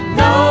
no